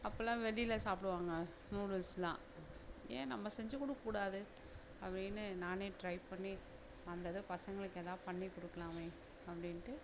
அப்போல்லாம் வெளியில் சாப்பிடுவாங்க நூடுல்ஸ்லாம் ஏன் நம்ம செஞ்சுக் கொடுக்கக்கூடாது அப்படின்னு நானே டிரை பண்ணி அந்த இதை பசங்களுக்கு ஏதாவது பண்ணிக் கொடுக்கலாமே அப்படின்ட்டு